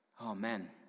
Amen